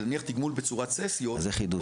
נניח, תגמול בצורת ססיות --- זה חידוש.